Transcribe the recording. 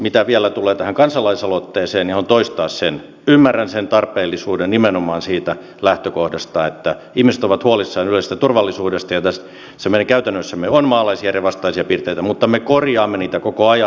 mitä vielä tulee tähän kansalaisaloitteeseen niin haluan toistaa sen että ymmärrän sen tarpeellisuuden nimenomaan siitä lähtökohdasta että ihmiset ovat huolissaan yleisestä turvallisuudesta ja että tässä meidän käytännössämme on maalaisjärjen vastaisia piirteitä mutta me korjaamme niitä koko ajan